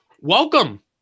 welcome